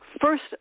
First